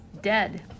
dead